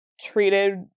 treated